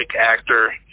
actor